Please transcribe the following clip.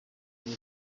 ubu